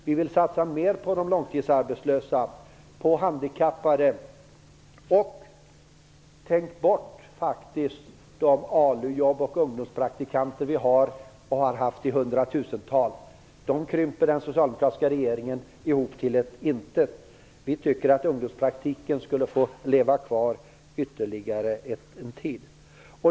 Vi vill satsa mer på de långtidsarbetslösa, handikappade och de ALU-jobb och ungdomspraktikanter vi har och har haft i hundratusental. Den socialdemokratiska regeringen krymper ihop de sistnämnda till ett intet. Vi tycker att ungdomspraktiken skulle få leva kvar ytterligare en tid.